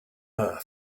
earth